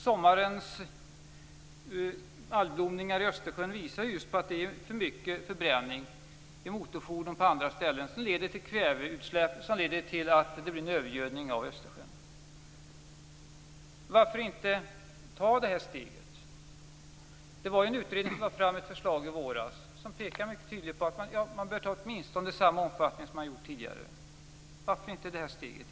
Sommarens algblomningar i Östersjön visar just att det är för mycket förbränning; för mycket motorfordon på andra ställen leder till kväveutsläpp, som i sin tur leder till en övergödning av Östersjön. Varför inte ta det här steget? En utredning som lade fram ett förslag i våras pekade mycket tydligt på att man bör ta ett nytt sådant här steg och göra en skatteväxling i åtminstone samma omfattning som den tidigare.